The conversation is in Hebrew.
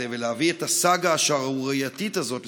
ולהביא את הסאגה השערורייתית הזאת לסיומה?